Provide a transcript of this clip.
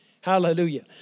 Hallelujah